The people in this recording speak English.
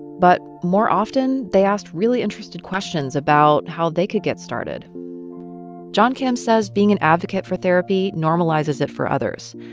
but more often, they asked really interested questions about how they could get started john kim says being an advocate for therapy normalizes it for others.